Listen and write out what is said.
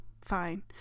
fine